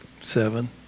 seven